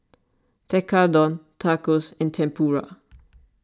Tekkadon Tacos and Tempura